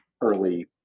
early